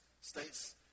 States